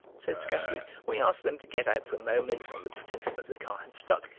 said skatterly we asked them to get out for a moment, on the pretence that the car had stuck,